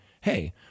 Hey